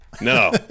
No